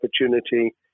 opportunity